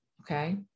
Okay